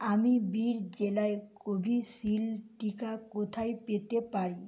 আমি বীর জেলায় কোভিশিল্ড টিকা কোথায় পেতে পারি